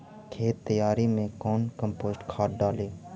खेत तैयारी मे कौन कम्पोस्ट खाद डाली?